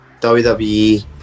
WWE